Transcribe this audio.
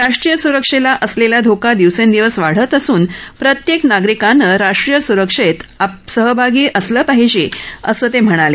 राष्ट्रीय सुरक्षेला असलेला धोका दिवसेंदिवस वाढतच असून प्रत्येक नागरिकानं राष्ट्रीय सुरुक्षेत सहभागी असलं पाहिजे असं ते म्हणाले